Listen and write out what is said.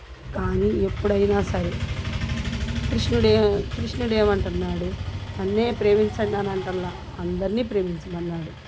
కానీ ఎప్పుడైనా సరే కృష్ణుడే కృష్ణుడేమంటున్నాడు నన్నే ప్రేమించండి అనంటంలేదు అందరిని ప్రేమించమన్నాడు